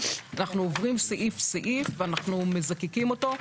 אנחנו עוברים סעיף-סעיף ואנחנו מזקקים אותו,